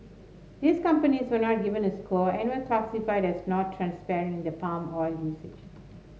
these companies were not given a score and were classified as not transparent in their palm oil usage